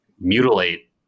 mutilate